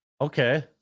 Okay